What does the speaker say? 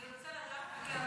אני רוצה לדעת בכמה.